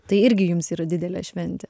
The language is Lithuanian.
tai irgi jums yra didelė šventė